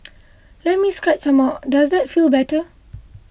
let me scratch some more does that feel better